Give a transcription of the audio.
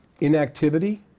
inactivity